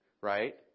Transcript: Right